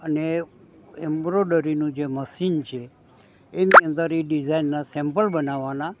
અને એમ્બ્રોડરીનું જે મશીન છે એની અંદર એ ડિઝાઇનના સેમ્પલ બનાવવાના